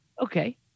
Okay